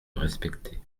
respecté